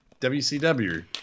WCW